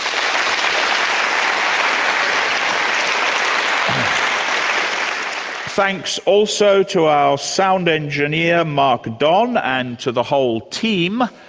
um thanks also to our sound engineer, mark don, and to the whole team,